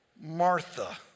Martha